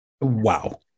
Wow